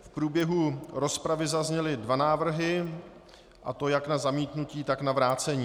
V průběhu rozpravy zazněly dva návrhy, a to jak na zamítnutí, tak na vrácení.